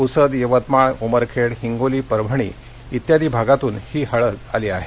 प्सद यवतमाळ उमरखेड हिंगोली परभणी आदी भागातून ही हळद आली आहे